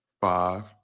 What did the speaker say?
five